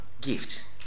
gift